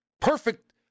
perfect